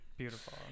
beautiful